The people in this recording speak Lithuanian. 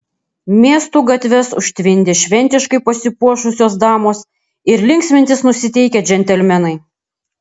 miestų gatves užtvindė šventiškai pasipuošusios damos ir linksmintis nusiteikę džentelmenai